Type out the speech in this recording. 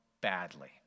badly